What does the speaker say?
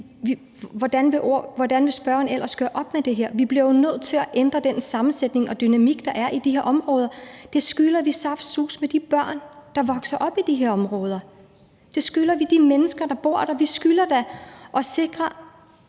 hvordan vil spørgeren ellers gøre op med det her? Vi bliver jo nødt til at ændre den sammensætning og dynamik, der er i de her områder. Det skylder vi saftsuseme de børn, der vokser op i de her områder. Det skylder vi de mennesker, der bor der. Vi skylder da at sikre